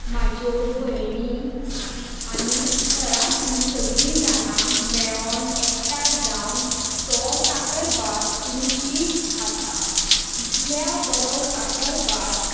म्हाज्यो भयणी आनी घरांतलीं सगळीं जाणां मेळोन एकठांय जावन तो साकरभात रुचीन खाता इतल्या बरो साकरभात